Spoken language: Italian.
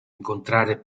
incontrare